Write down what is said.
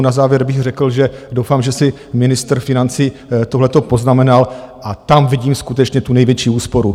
Na závěr bych řekl doufám, že si ministr financí tohleto poznamenal a tam vidím skutečně největší úsporu.